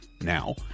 now